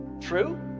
true